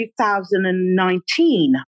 2019